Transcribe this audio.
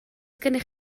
gennych